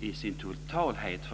i helheten.